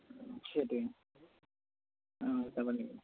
সেইটোৱে অঁ অতপালি